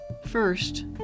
First